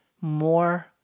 more